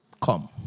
come